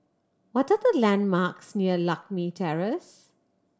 what are the landmarks near Lakme Terrace